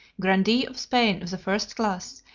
grandee of spain of the first class,